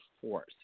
force